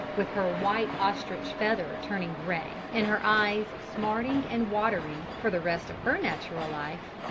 with her white ostrich feather turning grey and her eyes smarting and watering, for the rest of her natural life.